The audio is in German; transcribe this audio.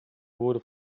wurde